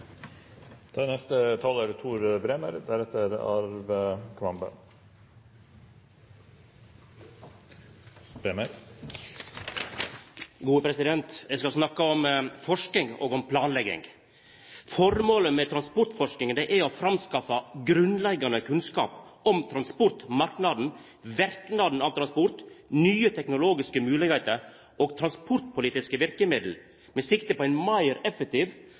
Eg skal snakka om forsking og om planlegging. Formålet med transportforsking er å framskaffa grunnleggjande kunnskap om transportmarknaden, verknadene av transport, nye teknologiske moglegheiter og transportpolitiske verkemiddel med sikte på ein meir effektiv,